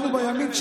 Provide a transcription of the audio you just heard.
אנחנו בימין,